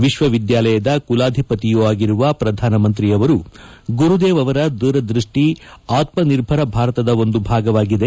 ವಿಶ್ವವಿದ್ಯಾಲಯದ ಕುಲಾಧಿಪತಿಯೂ ಆಗಿರುವ ಪ್ರಧಾನಮಂತ್ರಿಯವರು ಗುರುದೇವ್ ಅವರ ದೂರದ್ವಷ್ಷಿ ಆತ್ಸಿರ್ಭರ ಭಾರತದ ಒಂದು ಭಾಗವಾಗಿದೆ